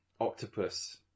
octopus